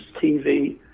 TV